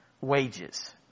wages